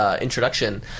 introduction